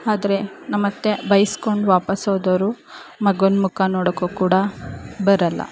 ಆದರೆ ನಮ್ಮ ಅತ್ತೆ ಬೈಸ್ಕೊಂಡು ವಾಪಾಸ್ ಹೋದವರು ಮಗನ ಮುಕ ನೋಡೋಕೂ ಕೂಡ ಬರೋಲ್ಲ